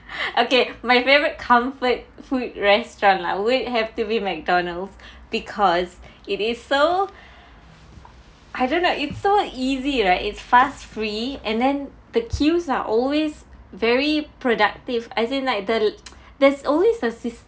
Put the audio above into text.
okay my favourite comfort food restaurant lah would have to be McDonald's because it is so I don't know it's so easy right it's fuss-free and then the queues are always very productive as in like the there's always a sys~